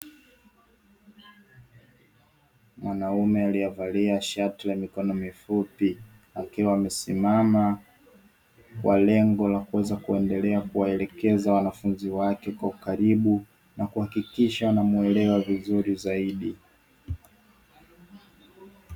Mwanaume aliyevalia shati la mikono mifupi akiwa amesimama kwa lengo la kuweza kuendelea kuwaelekeza wanafunzi wake kwa ukaribu na kuhakikisha wanamuelewa vizuri zaidi.